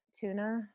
Tuna